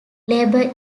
labor